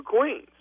Queens